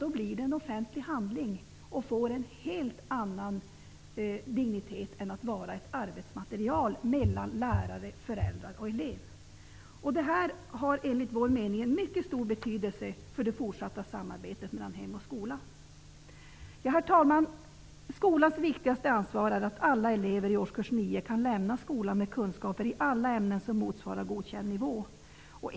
Då blir det en offentlig handling och får en helt annan dignitet än att vara ett arbetsmaterial mellan lärare, föräldrar och elever. Detta har enligt vår mening mycket stor betydelse för det fortsatta samarbetet mellan hem och skola. Herr talman! Skolans viktigaste ansvar är att alla elever i årskurs 9 kan lämna skolan med kunskaper i alla ämnen som motsvarar godkänd nivå.